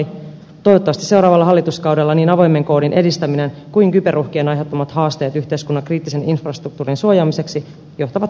toivottavasti seuraavalla hallituskaudella niin avoimen koodin edistäminen kuin kyberuhkien aiheuttamat haasteet yhteiskunnan kriittisen infrastruktuurin suojaamiseksi johtavat konkreettisiin toimintaohjelmiin